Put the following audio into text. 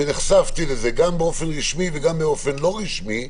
נחשפתי לזה גם באופן רשמי וגם באופן לא רשמי,